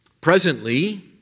Presently